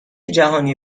جهانی